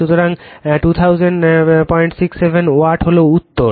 সুতরাং 2000 67 ওয়াট হল উত্তর